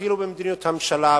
אפילו במדיניות הממשלה,